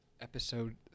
Episode